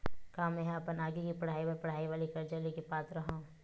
का मेंहा अपन आगे के पढई बर पढई वाले कर्जा ले के पात्र हव?